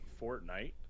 Fortnite